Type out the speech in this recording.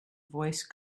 voice